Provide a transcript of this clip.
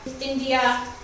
India